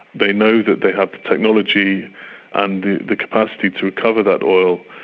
they know that they have the technology and the capacity to recover that oil.